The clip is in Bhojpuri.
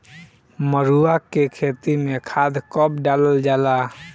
मरुआ के खेती में खाद कब डालल जाला?